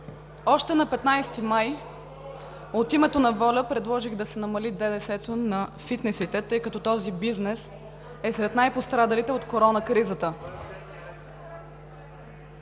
Още на 15 май от името на ВОЛЯ предложих да се намали ДДС-то на фитнесите, тъй като този бизнес е сред най-пострадалите от корона кризата.